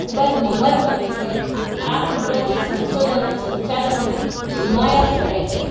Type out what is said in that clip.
ખૂબ જ મહત્ત્વની છે આ કુદરતી સંશોધનો સંચાલનની હિમાયત કરે છે